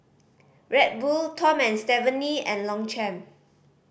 Red Bull Tom Stephanie and Longchamp